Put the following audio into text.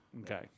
Okay